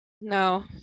no